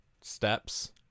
Steps